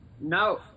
No